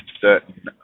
certain